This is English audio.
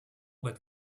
but